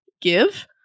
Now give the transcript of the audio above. give